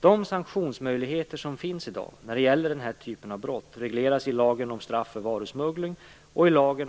De sanktionsmöjligheter som finns i dag när det gäller den här typen av brott regleras i lagen